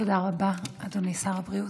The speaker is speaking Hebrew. תודה רבה, אדוני שר הבריאות.